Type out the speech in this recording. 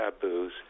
taboos